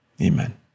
amen